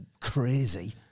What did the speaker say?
crazy